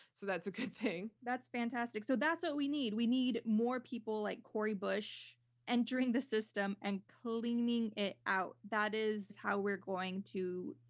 so that's a good thing. that's fantastic. so that's what we need. we need more people like cori bush entering the system and cleaning it out. that is how we're going to,